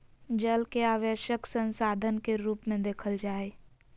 जल के आवश्यक संसाधन के रूप में देखल जा हइ